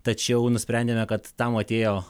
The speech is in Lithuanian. tačiau nusprendėme kad tam atėjo